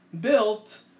built